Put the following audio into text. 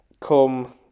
come